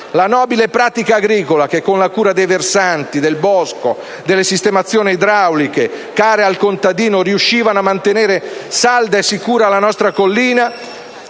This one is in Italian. La nobile pratica agricola, con la cura dei versanti, del bosco, delle sistemazioni idrauliche care al contadino, riusciva a mantenere salda e sicura la nostra collina.